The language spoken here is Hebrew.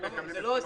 זה לא 20%,